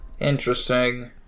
Interesting